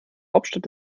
hauptstadt